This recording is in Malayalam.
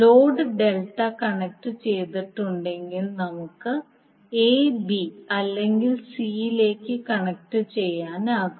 ലോഡ് ഡെൽറ്റ കണക്റ്റുചെയ്തിട്ടുണ്ടെങ്കിൽ നമുക്ക് a b അല്ലെങ്കിൽ c ലേക്ക് കണക്റ്റുചെയ്യാനാകും